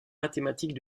mathématique